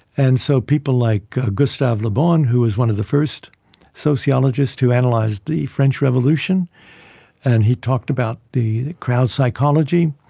and so people like gustave le bon who was one of the first sociologists who and analysed the french revolution and he talked about the crowd psychology,